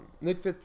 Nick